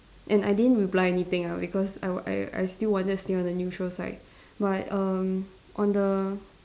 and I didn't reply anything ah because I was I I still wanted to stay on the neutral side but erm on the